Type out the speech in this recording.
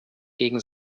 gegen